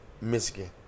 Michigan